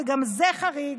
שגם זה חריג,